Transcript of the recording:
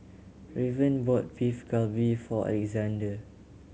Raven bought Beef Galbi for Alexandr